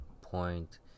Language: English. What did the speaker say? point